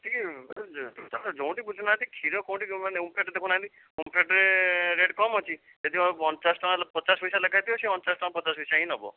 ସେଇ ତା'ର ଯେଉଁଠି ବୁଝୁ ନାହାନ୍ତି କ୍ଷୀର କେଉଁଠି ଯେଉଁମାନେ ଓମ୍ଫେଡ଼୍ ଦେଖୁନାହାନ୍ତି ଓମ୍ଫେଡ଼ରେ ରେଟ୍ କମ୍ ଅଛି ଦେଖିଲା ବେଳକୁ ଅଣଚାଷ୍ ଟଙ୍କା ପଚାଶ୍ ପଇସା ଲେଖା ହେଇଥିବ ସେ ଅଣଚାଷ୍ ଟଙ୍କା ପଚାଶ୍ ପଇସା ହିଁ ନେବ